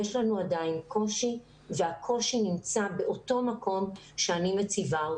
יש לנו עדיין קושי והקושי נמצא באותו מקום שאני מציבה אותו.